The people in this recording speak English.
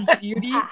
beauty